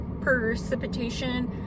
precipitation